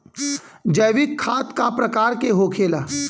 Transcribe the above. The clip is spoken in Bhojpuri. जैविक खाद का प्रकार के होखे ला?